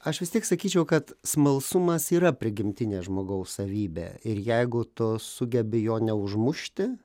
aš vis tiek sakyčiau kad smalsumas yra prigimtinė žmogaus savybė ir jeigu tu sugebi jo neužmušti